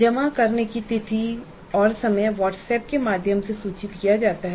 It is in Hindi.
जमा करने की तिथि और समय व्हाट्सएप के माध्यम से सूचित किया जाता है